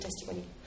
testimony